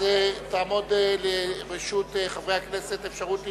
תעמוד לרשות חברי הכנסת אפשרות להתנגד.